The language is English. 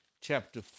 chapter